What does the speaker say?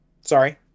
sorry